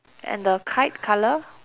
and the kite colour